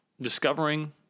discovering